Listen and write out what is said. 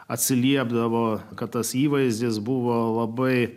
atsiliepdavo kad tas įvaizdis buvo labai